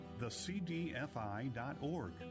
thecdfi.org